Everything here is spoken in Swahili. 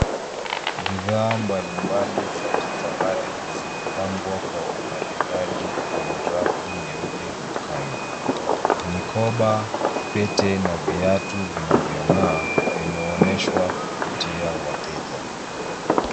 Bidhaa mbalimbali za kifahari zimepangwa kwa umaridadi kwenye rafu nyeupe dukani. Mikoba, pete na viatu vinavyong'aa vimeonyeshwa kuvutia wateja.